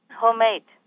homemade